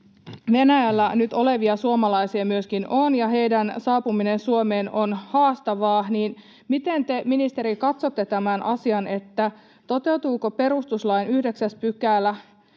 Venäjällä nyt olevia suomalaisia ja heidän saapumisensa Suomeen on haastavaa, niin miten te, ministeri, katsotte tämän asian, toteutuuko perustuslain 9 § siltä